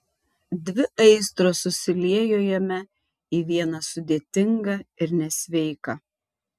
dvi aistros susiliejo jame į vieną sudėtingą ir nesveiką